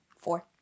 four